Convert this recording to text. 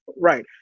right